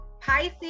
Pisces